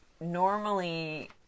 normally